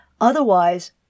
Otherwise